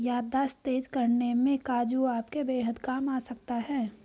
याददाश्त तेज करने में काजू आपके बेहद काम आ सकता है